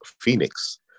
Phoenix